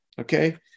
okay